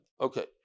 Okay